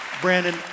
Brandon